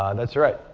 ah and that's right.